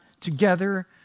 together